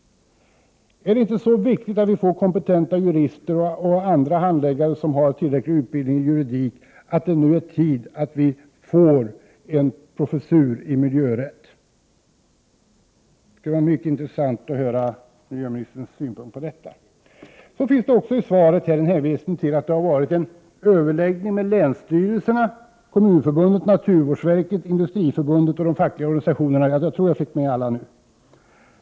Är det inte viktigt att vi får kompetenta jurister och andra handläggare som har tillräcklig utbildning i juridik? Är det nu inte tid att vi får en professur i miljörätt? Det skulle vara mycket intressant att få miljöministerns synpunkt på detta. Det finns i miljöministerns svar en hänvisning till att det skett en överläggning med länsstyrelserna, kommunförbundet, naturvårdsverket, Industriförbundet och de fackliga organisationerna.